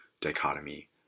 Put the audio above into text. dichotomy